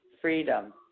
freedom